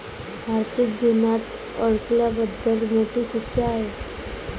आर्थिक गुन्ह्यात अडकल्याबद्दल मोठी शिक्षा आहे